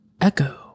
echo